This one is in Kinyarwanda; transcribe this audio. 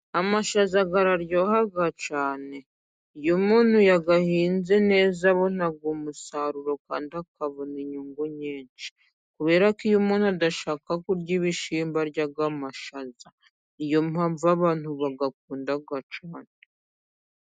Amashaza araryoha cyane, iyo umuntu yayahinze neza abona umusaruro kandi akabona inyungu nyinshi ,kuberako iyo umuntu adashaka kurya ibishyimbo arya amashaza n'iyo mpamvu abantu bayakunda cyane.